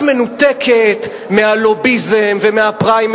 את אומרת שבעצם הרשויות לא פועלות כפי שנדרש מהן,